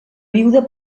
viuda